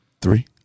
Three